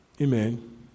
Amen